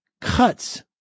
cuts